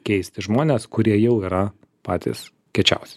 keisti žmones kurie jau yra patys kiečiausi